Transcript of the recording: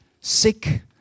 sick